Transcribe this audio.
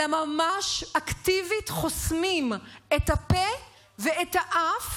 אלא ממש אקטיבית חוסמים למפגינים את הפה ואת האף